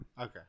Okay